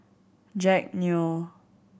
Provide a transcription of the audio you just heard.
Jack Neo